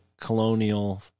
colonial